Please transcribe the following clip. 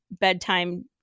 bedtime